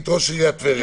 ראש עיריית טבריה, בבקשה.